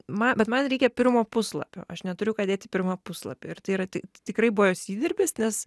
ma bet man reikia pirmo puslapio aš neturiu ką dėt į pirmą puslapį ir tai yra tik tikrai buvo jos įdirbis nes